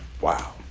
Wow